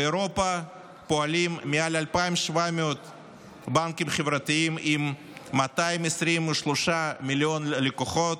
באירופה פועלים מעל 2,700 בנקים חברתיים עם 223 מיליון לקוחות,